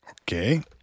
Okay